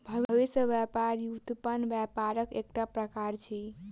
भविष्यक व्यापार व्युत्पन्न व्यापारक एकटा प्रकार अछि